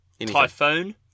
Typhoon